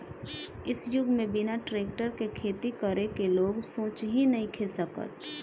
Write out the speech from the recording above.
इ युग में बिना टेक्टर के खेती करे के लोग सोच ही नइखे सकत